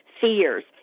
fears